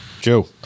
Joe